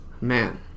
man